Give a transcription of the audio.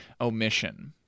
omission